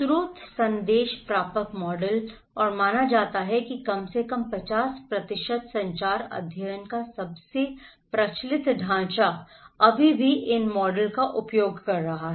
स्रोत संदेश प्रापक मॉडल और माना जाता है कि कम से कम 50 संचार अध्ययन का सबसे प्रचलित ढांचा अभी भी इन मॉडल का उपयोग कर रहा है